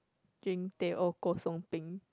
drink teh O Kosong peng